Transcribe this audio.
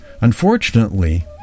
unfortunately